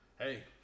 Hey